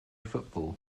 football